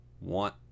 want